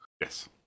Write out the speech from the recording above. Yes